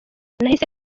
nahise